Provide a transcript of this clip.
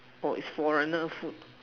for is foreigner food